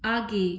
आगे